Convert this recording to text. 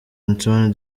antoine